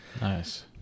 Nice